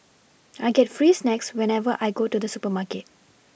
I get free snacks whenever I go to the supermarket